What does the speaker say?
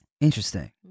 interesting